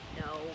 No